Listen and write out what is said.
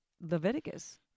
Leviticus